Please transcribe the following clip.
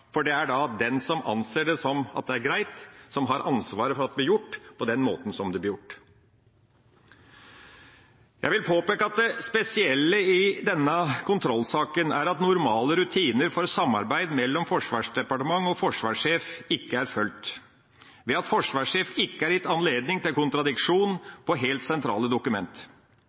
for det er da den som anser at det har vært greit, som har ansvaret for at det blir gjort på den måten som det blir gjort. Jeg vil påpeke at det spesielle i denne kontrollsaken er at normale rutiner for samarbeid mellom Forsvarsdepartementet og forsvarssjefen ikke er fulgt, ved at forsvarssjefen ikke har gitt anledning til kontradiksjon på helt sentrale dokument.